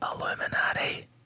Illuminati